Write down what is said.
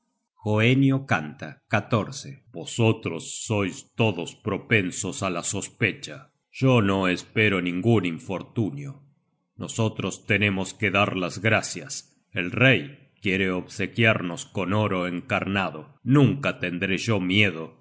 por otras hoenio canta vosotros sois todos propensos á la sospecha yo no espero ningun infortunio nosotros tenemos que dar las gracias el rey quiere obsequiarnos con oro encarnado nunca tendré yo miedo